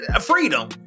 Freedom